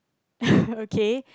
okay